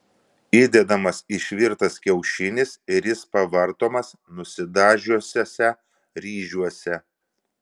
įdedamas išvirtas kiaušinis ir jis pavartomas nusidažiusiuose ryžiuose